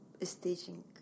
staging